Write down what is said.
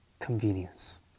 convenience